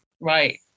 Right